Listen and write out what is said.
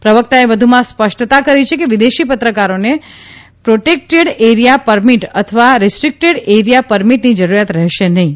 પ્રવકતાએ વધુમાં સ્પષ્ટતા કરી છે કે વિદેશી પત્રકારને પ્રોટેકડેટ એરિયા પરમીટ અથવા રીસ્ટ્રીકટેડ એરિયા પરમીટની જરૂરિયાત રહેશે નહીં